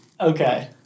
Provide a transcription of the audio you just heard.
okay